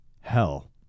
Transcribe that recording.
Hell